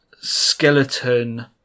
skeleton